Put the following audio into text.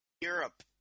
Europe